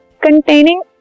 containing